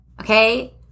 okay